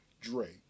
Dre